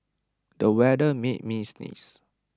the weather made me sneeze